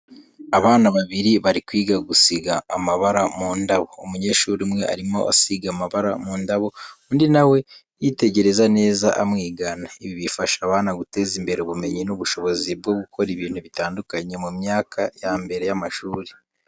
Abana babiri bari kwiga gusiga amabara mu ndabo. Umunyeshuri umwe arimo asiga amabara mu ndabo, undi na we yitegereza neza amwigana. Ibi bifasha abana guteza imbere ubumenyi n'ubushobozi bwo gukora ibintu bitandukanye mu myaka ya mbere y'amashuri.